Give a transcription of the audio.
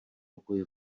pokoj